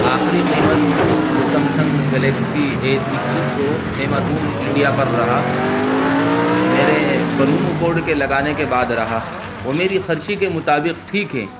آخری قیمت جو سمسنگ گلیکسی ایس اکیس کو امازون انڈیا پر رہا میرے پرومو کوڈ کے لگانے کے بعد رہا وہ میری خرچے کے مطابق ٹھیک ہے